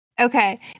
Okay